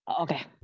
Okay